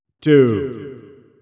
Two